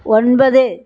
ஒன்பது